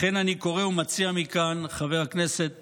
לכן אני קורא ומציע מכאן, חבר הכנסת